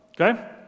okay